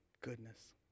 Goodness